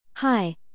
Hi